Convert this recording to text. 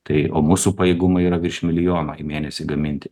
tai o mūsų pajėgumai yra virš milijono į mėnesį gaminti